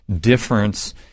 difference